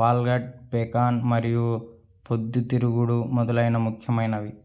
walnut, pecan మరియు పొద్దుతిరుగుడు మొదలైనవి ముఖ్యమైనవి